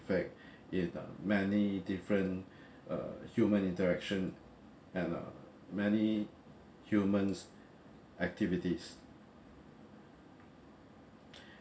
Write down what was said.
effect in uh many different uh human interaction and uh many humans activities